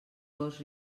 vols